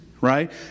right